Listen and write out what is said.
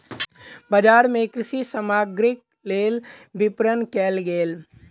बजार मे कृषि सामग्रीक लेल विपरण कयल गेल